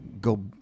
go